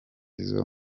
izo